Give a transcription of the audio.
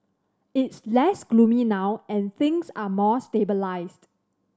it's less gloomy now and things are more stabilised